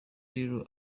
rero